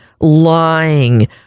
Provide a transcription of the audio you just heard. lying